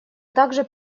также